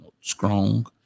strong